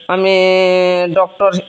ଆମେ ଡ଼କ୍ଚର